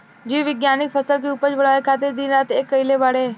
जीव विज्ञानिक फसल के उपज बढ़ावे खातिर दिन रात एक कईले बाड़े